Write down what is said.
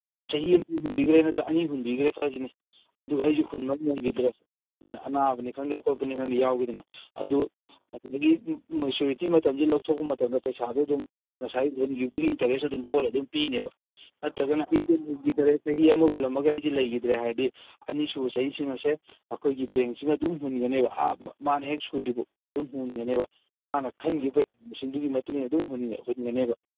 ꯆꯍꯤ ꯑꯃ ꯍꯨꯟꯕꯤꯈ꯭ꯔꯦ ꯅꯠꯇ꯭ꯔꯒ ꯑꯅꯤ ꯍꯨꯟꯕꯤꯈ꯭ꯔꯦ ꯈꯜꯂꯁꯤꯅꯦ ꯑꯗꯨꯒ ꯑꯩꯁꯤ ꯍꯨꯟꯕ ꯉꯝꯈꯤꯗ꯭ꯔꯦ ꯑꯅꯥꯕꯅꯤ ꯈꯪꯗꯦ ꯈꯣꯠꯄꯅꯤ ꯈꯪꯗꯦ ꯌꯥꯎꯈꯤꯗꯅ ꯑꯗꯨ ꯉꯁꯥꯏꯒꯤ ꯃꯦꯆꯨꯔꯤꯇꯤ ꯃꯇꯝꯁꯤꯗ ꯂꯧꯊꯣꯛꯄ ꯃꯇꯝꯗ ꯄꯩꯁꯥꯗꯣ ꯑꯗꯨꯝ ꯉꯁꯥꯏ ꯍꯨꯟꯈꯤꯕꯗꯨꯒꯤ ꯏꯟꯇꯔꯦꯁ ꯑꯗꯨꯝ ꯍꯣꯠꯂꯒ ꯑꯗꯨꯝ ꯄꯤꯒꯅꯦꯕ ꯅꯠꯇ꯭ꯔꯒꯅ ꯆꯍꯤ ꯑꯃ ꯍꯨꯜꯂꯝꯃꯒ ꯑꯩꯁꯦ ꯂꯩꯈꯤꯗ꯭ꯔꯦ ꯍꯥꯏꯔꯒꯗꯤ ꯑꯅꯤꯁꯨꯕ ꯆꯍꯤꯁꯤꯡ ꯑꯁꯦ ꯑꯩꯈꯣꯏꯒꯤ ꯕꯦꯡꯁꯤꯅ ꯑꯗꯨꯝ ꯍꯨꯟꯒꯅꯦꯕ ꯑꯥ ꯃꯥꯅ ꯍꯦꯛ ꯁꯨꯗ꯭ꯔꯤꯕ ꯐꯥꯎꯕ ꯑꯗꯨꯝ ꯍꯨꯟꯒꯅꯦꯕ ꯃꯥꯅ ꯈꯟꯈꯤꯕ ꯄꯩꯁꯥ ꯃꯁꯤꯡꯗꯨꯒꯤ ꯃꯇꯨꯡꯏꯟꯅ ꯑꯗꯨꯝ ꯍꯨꯟꯒꯅꯦꯕ